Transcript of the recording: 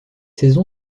saison